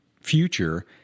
future